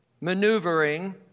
maneuvering